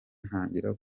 ntangira